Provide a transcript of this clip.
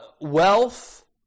wealth